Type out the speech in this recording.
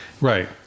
Right